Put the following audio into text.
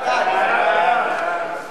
ההצעה להעביר